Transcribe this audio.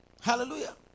Hallelujah